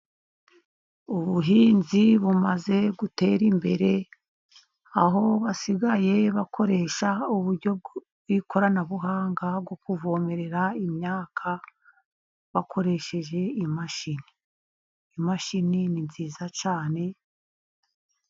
Ubuhinzi bumaze gutera imbere aho basigaye bakoresha uburyo bw'ikoranabuhanga bwo kuvomerera imyaka bakoresheje imashini, imashini ni nziza cyane.